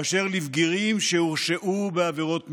באשר לבגירים שהורשעו בעבירות מין.